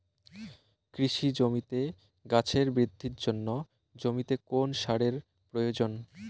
কৃষি জমিতে গাছের বৃদ্ধির জন্য জমিতে কোন সারের প্রয়োজন?